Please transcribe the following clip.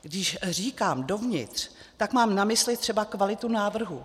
Když říkám dovnitř, tak mám na mysli třeba kvalitu návrhů.